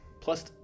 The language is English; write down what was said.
plus